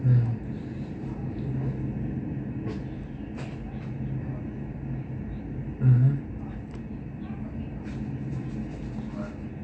mm